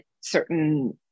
certain